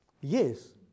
yes